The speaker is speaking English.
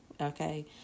okay